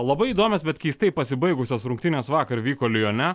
labai įdomias bet keistai pasibaigusias rungtynės vakar vyko lione